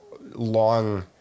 long